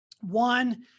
One